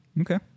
Okay